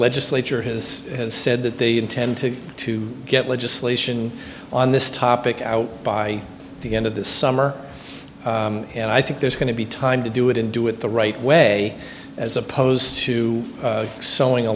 legislature has said that they intend to to get legislation on this topic out by the end of this summer and i think there's going to be time to do it and do it the right way as opposed to selling a